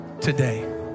today